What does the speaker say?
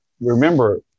remember